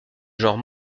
genre